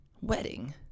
wedding